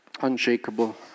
Unshakable